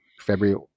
February